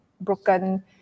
broken